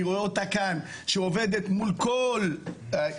אני רואה אותה כאן שעובדת מול כל התחומים